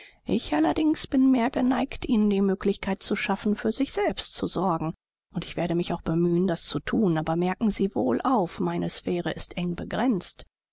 ich allerdings bin mehr geneigt ihnen die möglichkeit zu schaffen für sich selbst zu sorgen und ich werde mich auch bemühen das zu thun aber merken sie wohl auf meine sphäre ist eng begrenzt